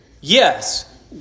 Yes